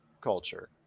Culture